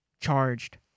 charged